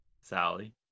Sally